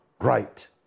right